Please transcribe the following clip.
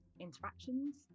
interactions